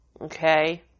Okay